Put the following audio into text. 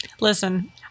Listen